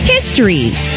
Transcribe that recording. Histories